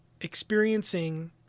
experiencing